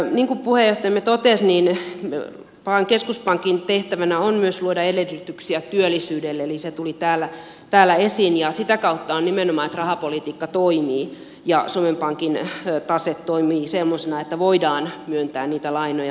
niin kuin puheenjohtajamme totesi niin keskuspankin tehtävänä on myös luoda edellytyksiä työllisyydelle eli se tuli täällä esiin ja sitä kautta nimenomaan että rahapolitiikka toimii ja suomen pankin tase toimii semmoisena että voidaan myöntää niitä lainoja